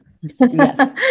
Yes